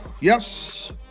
Yes